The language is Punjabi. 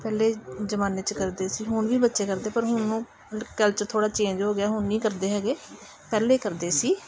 ਪਹਿਲੇ ਜ਼ਮਾਨੇ 'ਚ ਕਰਦੇ ਸੀ ਹੁਣ ਵੀ ਬੱਚੇ ਕਰਦੇ ਪਰ ਹੁਣ ਉਹ ਕਲਚਰ ਥੋੜ੍ਹਾ ਚੇਂਜ ਹੋ ਗਿਆ ਹੁਣ ਨਹੀਂ ਕਰਦੇ ਹੈਗੇ ਪਹਿਲੇ ਕਰਦੇ ਸੀ